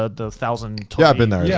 ah the thousand tori. but and yeah